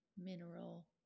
mineral